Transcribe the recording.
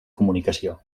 comunicació